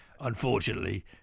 Unfortunately